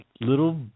little